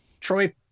Troy